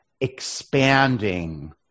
expanding